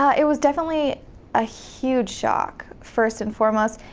it was definitely a huge shock first and foremost,